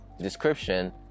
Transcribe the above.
description